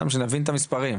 שנבין את המספרים.